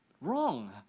wrong